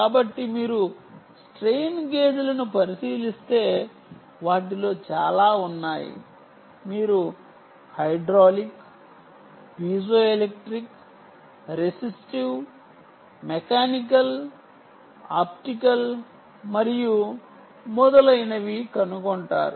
కాబట్టి మీరు స్ట్రెయిన్ గేజ్లను పరిశీలిస్తే వాటిలో చాలా ఉన్నాయి మీరు hydraulic piezoelectric resistive mechanical optical మరియు మొదలైనవి కనుగొంటారు